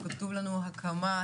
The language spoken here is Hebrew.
כשכתוב לנו "הקמת",